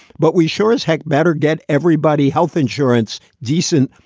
but we sure as heck better get everybody health insurance, decent,